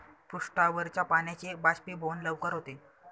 पृष्ठावरच्या पाण्याचे बाष्पीभवन लवकर होते